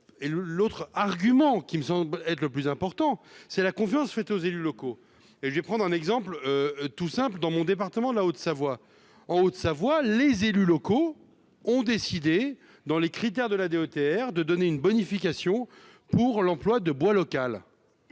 l'autre argument qui me semble être le plus important, c'est la confiance faites aux élus locaux et je vais prendre un exemple tout simple, dans mon département, la Haute-Savoie en Haute-Savoie, les élus locaux ont décidé dans les critères de la DETR de donner une bonification pour l'emploi de bois local